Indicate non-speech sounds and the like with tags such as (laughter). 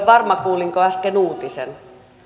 (unintelligible) varma kuulinko äsken uutisen